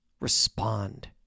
respond